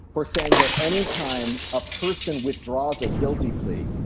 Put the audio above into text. for saying that any time a person withdraws a guilty plea,